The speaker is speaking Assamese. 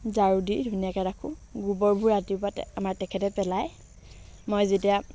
ঝাৰু দি ধুনীয়াকৈ ৰাখোঁ গোবৰবোৰ ৰাতিপুৱাতে আমাৰ তেখেতে পেলায় মই যেতিয়া